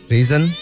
Reason